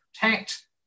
protect